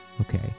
okay